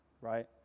right